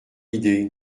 idée